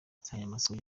insanganyamatsiko